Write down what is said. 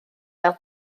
fel